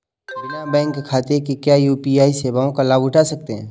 बिना बैंक खाते के क्या यू.पी.आई सेवाओं का लाभ उठा सकते हैं?